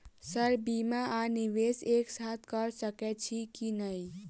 Sir बीमा आ निवेश एक साथ करऽ सकै छी की न ई?